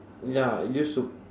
ya used to